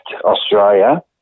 Australia